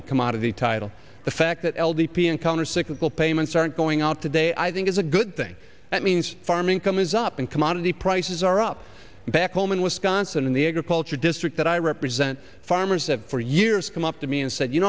the commodity title the fact that l d p and countercyclical payments aren't going out today i think is a good thing that means farm income is up and commodity prices are up and back home in wisconsin in the agriculture district that i represent farmers have for years come up to me and said you